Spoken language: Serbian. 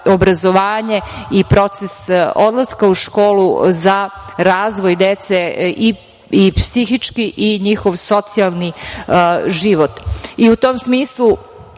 obrazovanje i proces odlaska u školu za razvoj dece, psihički i njihov socijalni život.U tom smislu,